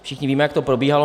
Všichni víme, jak to probíhalo.